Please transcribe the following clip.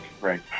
right